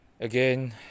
again